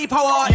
Power